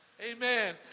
Amen